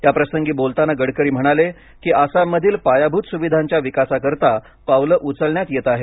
याप्रसंगी बोलताना गडकरी म्हणाले की आसाममधील पायाभूत सुविधांच्या विकासाकरिता पावलं उचलण्यात येत आहेत